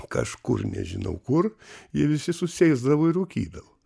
kažkur nežinau kur jie visi susėsdavo ir rūkydavo